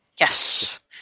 Yes